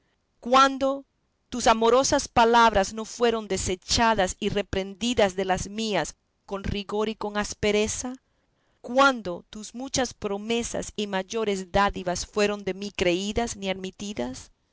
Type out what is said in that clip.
cuándo tus amorosas palabras no fueron deshechas y reprehendidas de las mías con rigor y con aspereza cuándo tus muchas promesas y mayores dádivas fueron de mí creídas ni admitidas